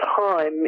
time